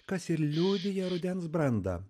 kas ir liudija rudens brandą